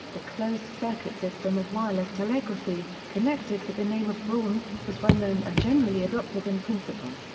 the closed circuit system of wireless telegraphy, connected with the name of braun, was well known and generally adopted in principle.